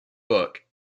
book